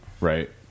Right